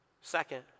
Second